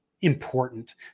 important